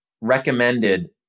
recommended